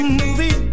movie